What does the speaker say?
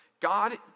God